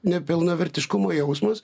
nepilnavertiškumo jausmas